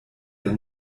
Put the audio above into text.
der